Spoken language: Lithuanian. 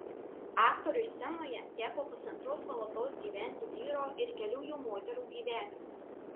aktoriui scenoje teko pusantros valandos gyventi vyro ir kelių jo moterų gyvenimus